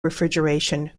refrigeration